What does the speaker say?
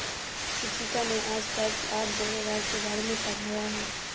शिक्षिका ने आज टाइप्स ऑफ़ बोरोवर के बारे में पढ़ाया है